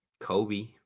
Kobe